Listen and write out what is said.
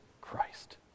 Christ